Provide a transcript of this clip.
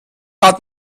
hat